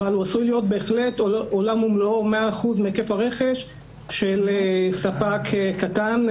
אבל הוא עשוי להיות בהחלט עולם ומלואו או 100% מהיקף הרכש של ספק קטן,